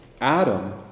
Adam